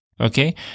Okay